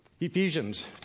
Ephesians